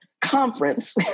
conference